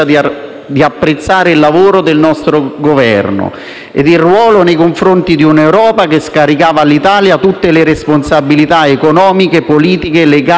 di apprezzare il lavoro del nostro Esecutivo e il ruolo assunto nei confronti di un'Europa che scaricava sull'Italia tutte le responsabilità economiche, politiche, legali,